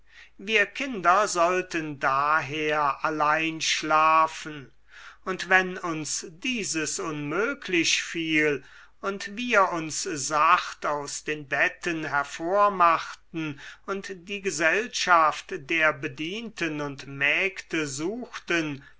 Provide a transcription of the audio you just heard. wir kinder sollten daher allein schlafen und wenn uns dieses unmöglich fiel und wir uns sacht aus den betten hervormachten und die gesellschaft der bedienten und mägde suchten